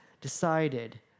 decided